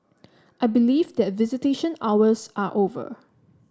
I believe that visitation hours are over